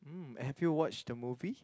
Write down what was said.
mm have you watched the movie